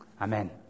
Amen